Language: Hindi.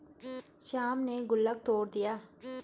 श्याम ने गुल्लक तोड़ दिया